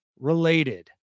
related